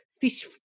fish